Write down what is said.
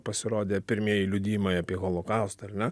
pasirodė pirmieji liudijimai apie holokaustą ar ne